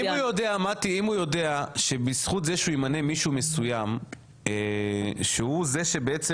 אם הוא יודע שבזכות זה שהוא ימנה מישהו מסוים שהוא זה שבעצם